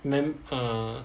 then err